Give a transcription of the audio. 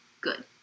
good